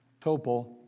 Topol